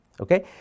Okay